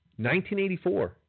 1984